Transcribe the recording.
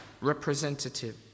representative